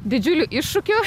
didžiulių iššūkių